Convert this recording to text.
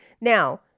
Now